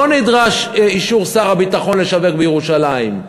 לא נדרש אישור שר הביטחון לשווק בירושלים.